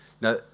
Now